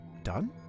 Done